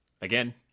again